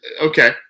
Okay